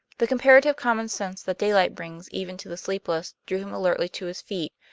the comparative common sense that daylight brings even to the sleepless drew him alertly to his feet,